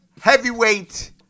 heavyweight